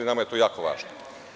Nama je to jako važno.